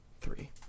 Three